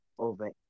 Over